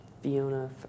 Fiona